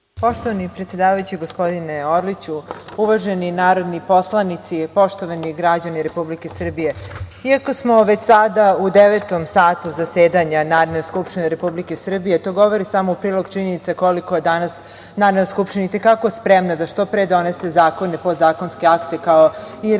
Poštovani predsedavajući, gospodine Orliću, uvaženi narodni poslanici, poštovani građani Republike Srbije, iako smo već sada u devetom satu zasedanja Narodne skupštine Republike Srbije, to govori samo u prilog činjenici koliko je danas Narodna skupština itekako spremna da što pre donese zakone i podzakonske akte, kao i relevantne